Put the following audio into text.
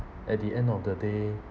at the end of the day